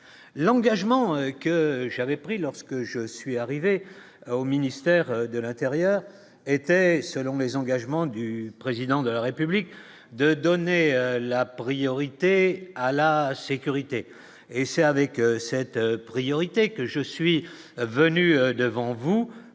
l'engagement que j'avais pris lorsque je suis arrivée au ministère de l'Intérieur était selon les engagements du président de la République de donner la priorité à la sécurité et c'est avec cette priorité que je suis venu devant vous